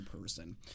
person